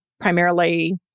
primarily